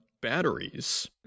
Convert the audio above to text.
batteries